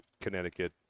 Connecticut